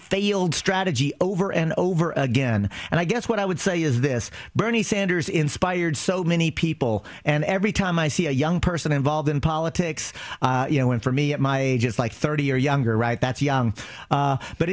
failed strategy over and over again and i guess what i would say is this bernie sanders inspired so many people and every time i see a young person involved in politics you know and for me at my age it's like thirty or younger right that's young